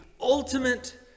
ultimate